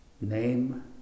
name